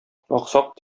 аксак